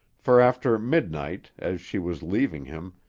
for after midnight, as she was leaving him,